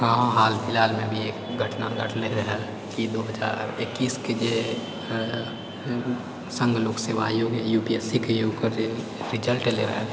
हाल फिलहालमे अभि एक घटना घटलै रहै रहए कि दू हजार एकैसके जे सङ्घ लोकसेवा आयोग यू पी एस सीके ओकर जे रिजल्ट एलै रहै